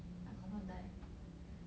I confirm die